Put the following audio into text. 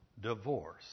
divorce